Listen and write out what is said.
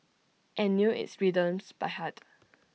and knew its rhythms by heart